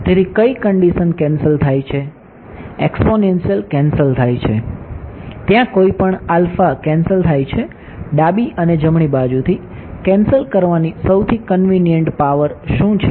તેથી કઈ condition cancel થાય છે એક્સ્પોનેંશિયલ કેન્સલ થાય છે ત્યાં કોઈ પણ કેન્સલ થાય છે ડાબી અને જમણી બાજુથી કેન્સલ કરવાની સૌથી કન્વીનિયંટ પાવર શું છે